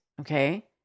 okay